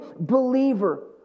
believer